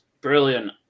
brilliant